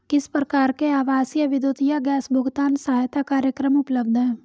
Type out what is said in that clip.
किस प्रकार के आवासीय विद्युत या गैस भुगतान सहायता कार्यक्रम उपलब्ध हैं?